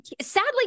sadly